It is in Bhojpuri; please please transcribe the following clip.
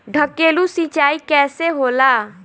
ढकेलु सिंचाई कैसे होला?